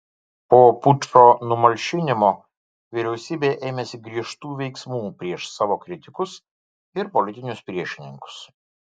po pučo numalšinimo vyriausybė ėmėsi griežtų veiksmų prieš savo kritikus ir politinius priešininkus